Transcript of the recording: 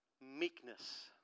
Meekness